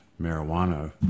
marijuana